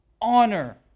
Honor